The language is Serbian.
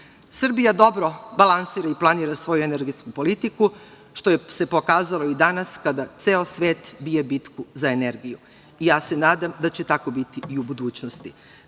dobro balansira i planira svoju energetsku politiku, što se pokazalo i danas kada ceo svet bije bitku za energiju. Ja se nadam da će tako biti i u budućnosti. Kao